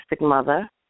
mother